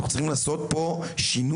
אנחנו צריכים לעשות פה שינוי